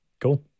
Cool